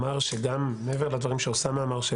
מעבר לדברים שאוסאמה אמר,